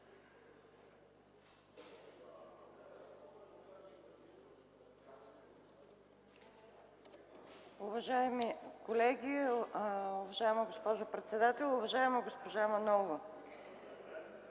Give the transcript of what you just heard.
Уважаеми колеги, уважаема госпожо председател, уважаема госпожа Манолова!